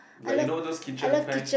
like you know those kitchen kind